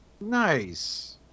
Nice